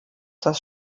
das